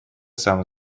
сам